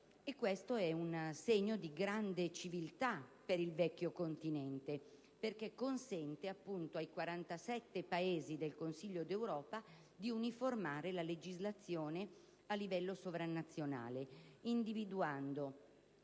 Questo è un segno di grande civiltà per il nostro continente, perché consente ai 47 Paesi del Consiglio d'Europa di uniformare la legislazione a livello sovranazionale, individuando